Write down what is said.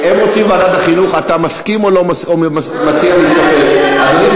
הם רוצים ועדת חינוך, אתה מסכים או מציע להסתפק,